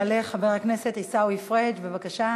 לעברית: בשם אלוהים הרחמן והרחום,